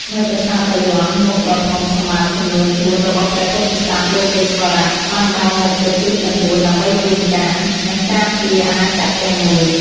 នៅប្រាសាទបាយ័ន មុខដ៏ធំសម្បើមចំនួនបួនរបស់ព្រះពោធិសត្វលោកេស្វរៈបានបែរមុខទៅទិសទាំងបួនដើម្បីយាមកាម និងការពារអាណាចក្រទាំងមូល។